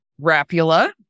Rapula